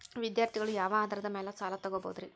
ವಿದ್ಯಾರ್ಥಿಗಳು ಯಾವ ಆಧಾರದ ಮ್ಯಾಲ ಸಾಲ ತಗೋಬೋದ್ರಿ?